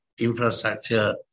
infrastructure